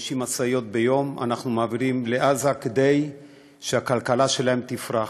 850 משאיות ביום אנחנו מעבירים לעזה כדי שהכלכלה שלהם תפרח,